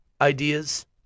ideas